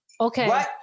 Okay